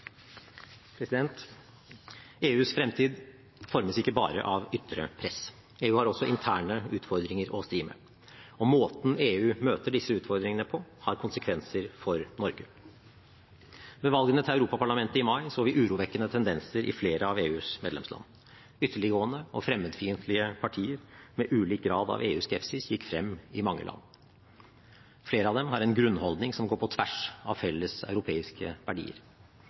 EUs fremtid formes ikke bare av ytre press. EU har også interne utfordringer å stri med. Og måten EU møter disse utfordringene på, har konsekvenser for Norge. Ved valgene til Europaparlamentet i mai så vi urovekkende tendenser i flere av EUs medlemsland. Ytterliggående og fremmedfiendtlige partier med ulik grad av EU-skepsis gikk frem i mange land. Flere av dem har en grunnholdning som går på tvers av felles europeiske verdier.